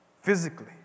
physically